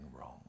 wrong